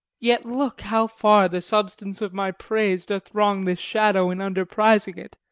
yet look, how far the substance of my praise doth wrong this shadow in underprizing it,